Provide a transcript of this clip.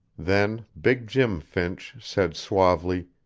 then big jim finch said suavely